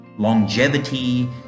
longevity